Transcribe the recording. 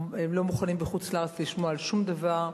בחוץ-לארץ הם לא מוכנים לשמוע על שום דבר,